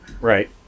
Right